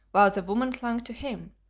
while the woman clung to him,